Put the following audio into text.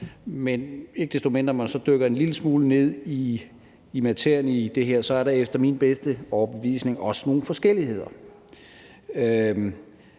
Men ikke desto mindre, når man så dykker en lille smule ned i materien i det her, er der efter min bedste overbevisning også nogle forskelligheder.